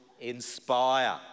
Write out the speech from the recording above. inspire